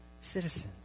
citizens